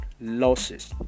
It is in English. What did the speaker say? losses